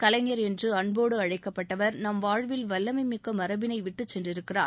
கலைஞர் என்று அன்போடு அழைக்கப்பட்டவர் நம் வாழ்வில் வல்லமைமிக்க மரபினை விட்டுச் சென்றிருக்கிறார்